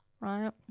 Right